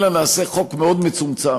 אלא נעשה חוק מאוד מצומצם,